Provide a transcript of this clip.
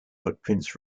footprints